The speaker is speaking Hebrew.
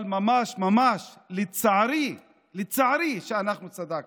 אבל ממש ממש לצערי, לצערי, אנחנו צדקנו.